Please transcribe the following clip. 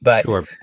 Sure